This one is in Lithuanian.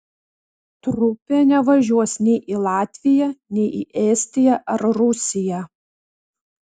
trupė nevažiuos nei į latviją nei į estiją ar rusiją